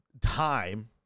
time